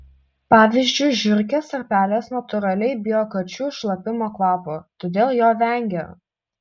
pavyzdžiui žiurkės ar pelės natūraliai bijo kačių šlapimo kvapo todėl jo vengia